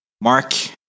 Mark